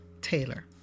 Taylor